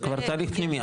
זה כבר תהליך פנימי,